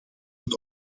het